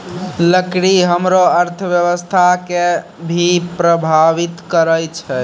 लकड़ी हमरो अर्थव्यवस्था कें भी प्रभावित करै छै